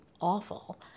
awful